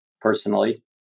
personally